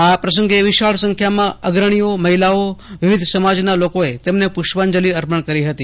આ પ્રસંગે વિશાળ સંખ્યામાં અગ્રણીઓમહિલાઓ વિવિધ સમાજના લોકોએ તેમને પુષ્પાંજલિ અર્પણ કરી હતી